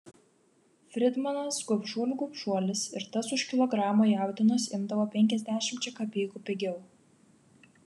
fridmanas gobšuolių gobšuolis ir tas už kilogramą jautienos imdavo penkiasdešimčia kapeikų pigiau